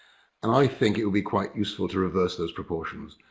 and i think it would be quite useful to reverse those proportions.